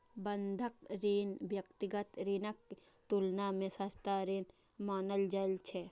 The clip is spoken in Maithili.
बंधक ऋण व्यक्तिगत ऋणक तुलना मे सस्ता ऋण मानल जाइ छै